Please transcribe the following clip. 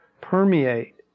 permeate